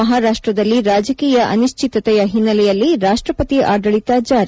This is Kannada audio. ಮಹಾರಾಷ್ಟ್ರದಲ್ಲಿ ರಾಜಕೀಯ ಅನಿಶ್ಚಿತತೆಯ ಹಿನ್ನೆಲೆಯಲ್ಲಿ ರಾಷ್ಟ್ರಪತಿ ಆದಳಿತ ಜಾರಿ